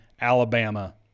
Alabama